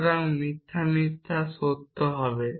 সুতরাং মিথ্যা মিথ্যা সত্য হবে